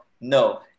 No